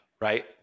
right